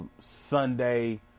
Sunday